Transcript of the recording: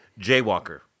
jaywalker